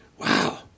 wow